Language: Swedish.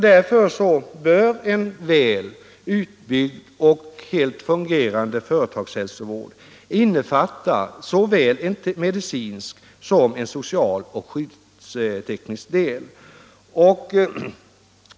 Därför bör en väl utbyggd och helt fungerande företagshälsovård innefatta såväl en medicinsk som en social och en skyddsteknisk del.